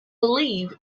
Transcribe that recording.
believe